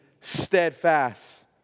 steadfast